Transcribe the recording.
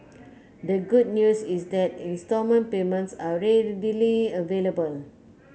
the good news is that instalment payments are readily available